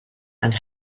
and